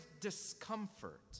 discomfort